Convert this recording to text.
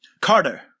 Carter